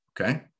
okay